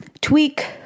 tweak